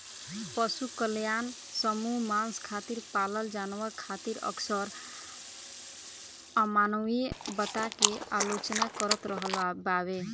पशु कल्याण समूह मांस खातिर पालल जानवर खातिर अक्सर अमानवीय बता के आलोचना करत रहल बावे